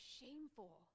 shameful